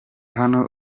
hano